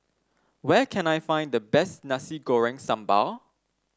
where can I find the best Nasi Goreng Sambal